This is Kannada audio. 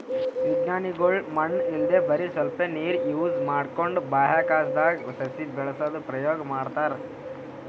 ವಿಜ್ಞಾನಿಗೊಳ್ ಮಣ್ಣ್ ಇಲ್ದೆ ಬರಿ ಸ್ವಲ್ಪೇ ನೀರ್ ಯೂಸ್ ಮಾಡ್ಕೊಂಡು ಬಾಹ್ಯಾಕಾಶ್ದಾಗ್ ಸಸಿ ಬೆಳಸದು ಪ್ರಯೋಗ್ ಮಾಡ್ತಾರಾ